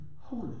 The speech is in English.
holy